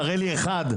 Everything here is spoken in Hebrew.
תראי לי אחד,